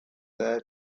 there